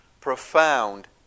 profound